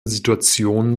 situation